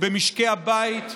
במשקי הבית,